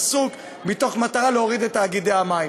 מתוך מטרה להוריד את תאגידי המים.